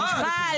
מיכל,